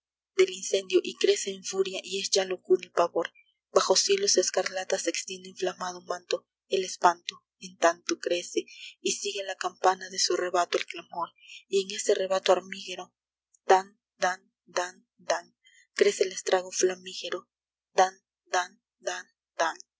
del incendio y crece en furia y es ya locura el pavor bajo cielos escarlatas se extiende inflamado manto el espanto en tanto crece y sigue la campana de su rebato el clamor y en ese rebato armígero dan dan dan dan crece el estrago flamígero dan